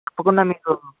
ఒప్పుకున్నా మీరు